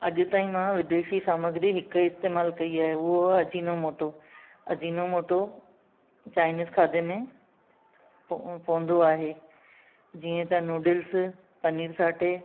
अॼु ताईं मां विदेशी सामग्री हिकु इस्तेमालु कई आहे उहो आहे अजीनोमोटो अजीनोमोटो चाइनीस खाधे में पवंदो आहे जीअं त नूडल्स पनीर साटे